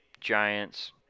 Giants